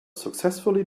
successfully